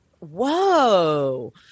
Whoa